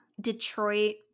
Detroit